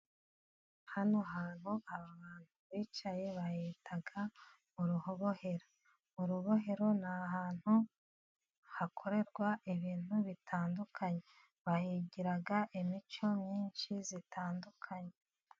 Hano hantu aba abantu bicaye bahita mu rubohero, urubohero ni ahantu hakorerwa ibintu bitandukanye, bahigira imico myinshi itandukanye.